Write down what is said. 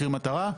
מחיר מטרה,